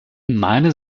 meine